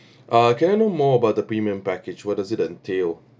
uh can I know more about the premium package what does it entail